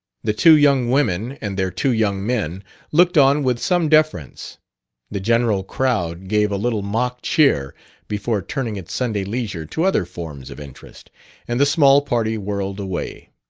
the two young women and their two young men looked on with some deference the general crowd gave a little mock-cheer before turning its sunday leisure to other forms of interest and the small party whirled away.